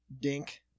dink